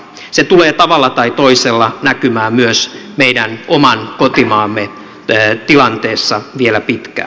se tulee tavalla tai toisella näkymään myös meidän oman kotimaamme tilanteessa vielä pitkään